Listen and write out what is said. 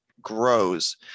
grows